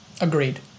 agreed